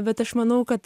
bet aš manau kad